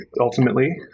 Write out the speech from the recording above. ultimately